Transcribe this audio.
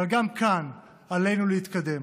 אבל גם כאן עלינו להתקדם,